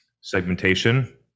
Segmentation